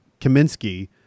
Kaminsky